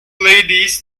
ladies